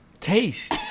taste